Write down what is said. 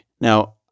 Now